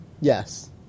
yes